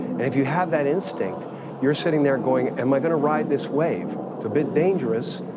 and if you have that instinct you're sitting there going, am i gonna ride this wave? it's a bit dangerous,